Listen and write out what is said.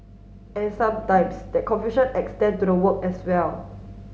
and sometimes that confusion extend to their work as well